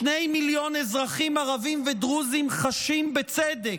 שני מיליון אזרחים ערבים ודרוזים חשים, בצדק,